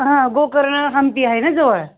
हां गोकर्ण हंपी आहे ना जवळ